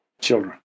children